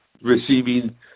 receiving